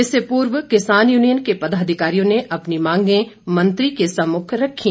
इससे पूर्व किसान यूनियन के पदाधिकारियों ने अपनी मांगे मंत्री के सम्मुख रखीं